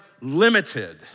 limited